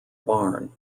barn